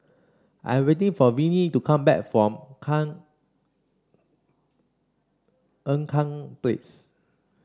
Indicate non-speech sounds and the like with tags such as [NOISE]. I'm waiting for Venie to come back from [UNINTELLIGIBLE] Ean Kiam Place